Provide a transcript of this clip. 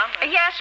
Yes